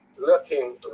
looking